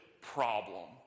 problem